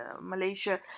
Malaysia